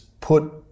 put